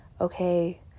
okay